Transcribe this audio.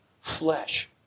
flesh